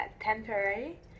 temporary